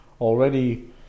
already